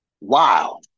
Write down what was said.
wow